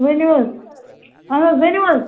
ؤنِو حظ اہن حظ ؤنو حظ